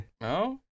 No